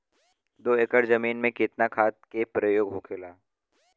दो एकड़ जमीन में कितना खाद के प्रयोग होखेला?